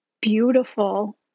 beautiful